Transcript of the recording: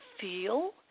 feel